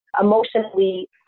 Emotionally